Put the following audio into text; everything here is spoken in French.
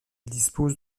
dispose